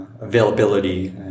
availability